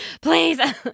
Please